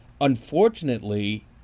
unfortunately